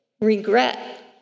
regret